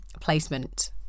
placement